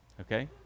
Okay